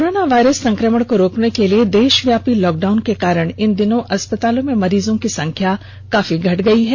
corona virus संक्रमण को रोकने के लिए किये गये देशव्यापी लॉक डाउन के कारण इन दिनों अस्पतालों में मरीजों की संख्या काफी घट गयी है